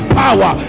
power